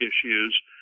issues